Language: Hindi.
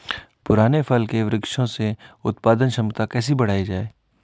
पुराने फल के वृक्षों से उत्पादन क्षमता कैसे बढ़ायी जाए?